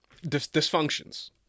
dysfunctions